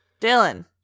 Dylan